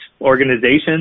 organizations